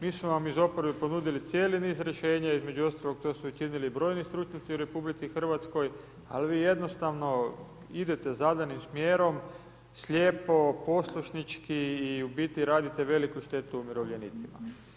Mi smo vam iz oporbe ponudili cijeli niz rješenja, između ostaloga, to su činili i brojni stručnjaci u RH, al vi jednostavno idete zadanim smjerom, slijepo, poslušnički i u biti radite veliku štetu umirovljenicima.